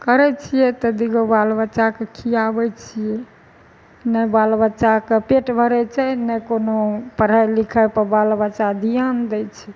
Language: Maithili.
करै छियै तऽ दुइगो बाल बच्चाके खियाबै छियै नहि बाल बच्चाके पेट भरै छै नहि कोनो पढ़ाइ लिखाइपर बाल बच्चा ध्यान दै छै